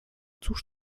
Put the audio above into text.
cóż